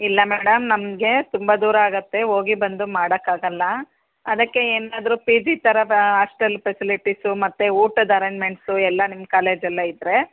ಇಲ್ಲ ಮೇಡಮ್ ನಮಗೆ ತುಂಬ ದೂರ ಆಗುತ್ತೆ ಹೋಗಿ ಬಂದು ಮಾಡೋಕ್ಕಾಗಲ್ಲ ಅದಕ್ಕೆ ಏನಾದರು ಪಿ ಜಿ ಥರದ ಆಸ್ಟೆಲ್ ಪೆಸಿಲಿಟಿಸು ಮತ್ತೆ ಊಟದ ಅರೆಂಜ್ಮೆಂಟ್ಸು ಎಲ್ಲಾ ನಿಮ್ಮ ಕಾಲೇಜಲ್ಲೆ ಇದ್ದರೆ